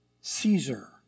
Caesar